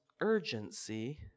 urgency